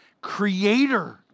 Creator